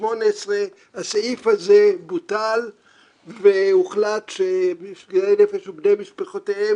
הסעיף הזה בוטל והוחלט שנפגעי נפש ובני משפחותיהם,